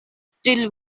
still